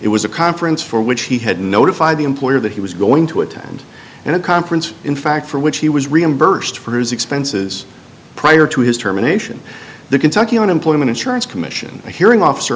it was a conference for which he had notified the employer that he was going to attend and a conference in fact for which he was reimbursed for his expenses prior to his terminations the kentucky unemployment insurance commission a hearing officer